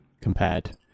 compared